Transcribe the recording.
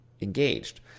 engaged